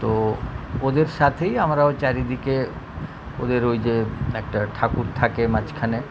তো ওদের সাথেই আমরাও চারদিকে ওদের ওই যে একটা ঠাকুর থাকে মাঝখানে